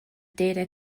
data